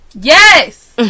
Yes